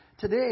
today